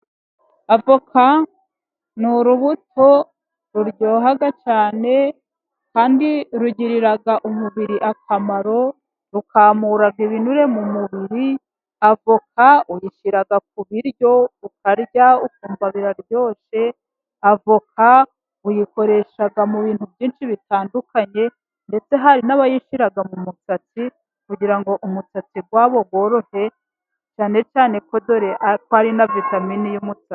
Avoka ni urubuto ruryoha cyane, kandi rugirira umubiri akamaro rukamu ibinure mu mubiri, avoka uyishyira ku biryo ukarya ukumva biraryoshye, avoka uyikoresha mu bintu byinshi bitandukanye, ndetse hari n'abayishyira mu musatsi kugira ngo umusatsi wabo worohe cyane cyane, dore ko ari na vitamine y'umusatsi.